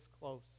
close